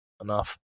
enough